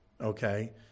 okay